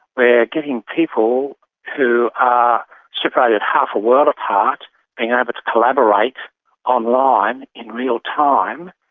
we're getting people who are separated half a world apart being able to collaborate online in real time,